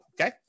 okay